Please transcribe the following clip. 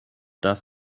does